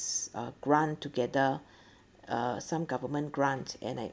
uh grant together uh some government grant and I